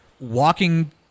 walking